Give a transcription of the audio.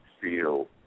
feel